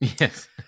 yes